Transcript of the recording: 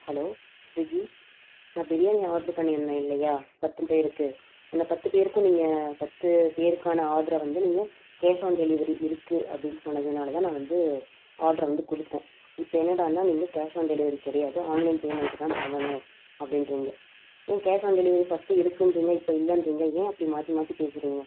hello Swiggy நான் biryani order பண்ணிருந்தேன் இல்லையா பத்து பேருக்கு அந்த பத்து பேருக்கும் நீங்கள் பத்து பேருக்கான ஆர்டரை வந்து நீங்கள் கேஸ் ஆன் டெலிவரி இருக்குது அப்படினு சொன்னதால் தான் நான் வந்து ஆர்டரை வந்து கொடுத்தேன் இப்போ என்னடானா நீங்கள் கேஸ் ஆன் டெலிவரி கிடையாது ஆன்லைன் பேமெண்ட் தான் பண்ணனும் அப்படின்றீங்க ஏன் கேஸ் ஆன் டெலிவரி ஃபஸ்ட் இருக்குன்றீங்க இப்போ இல்லைன்றீங்க ஏன் அப்படி மாற்றி மாற்றி பேசுறீங்க